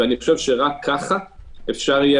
רק כך אפשר יהיה